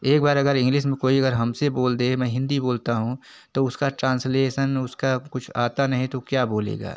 एक बार अगर इंग्लिस में कोई अगर हम से बोल दे मैं हिंदी बोलता हूँ तो इसका ट्रांसलेसन उसका कुछ आता नहीं तो क्या बोलेगा